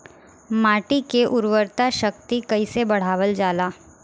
माटी के उर्वता शक्ति कइसे बढ़ावल जाला?